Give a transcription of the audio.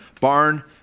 barn